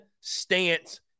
stance